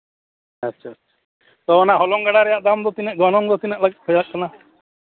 ᱟᱪᱪᱷᱟ ᱛᱚ ᱚᱱᱟ ᱦᱚᱞᱚᱝ ᱜᱟᱰᱟ ᱨᱮᱭᱟᱜ ᱫᱟᱢ ᱫᱚ ᱛᱤᱱᱟᱹᱜ ᱜᱚᱱᱚᱝ ᱫᱚ ᱛᱤᱱᱟᱹᱜ ᱞᱟᱜᱟᱜ ᱠᱟᱱᱟ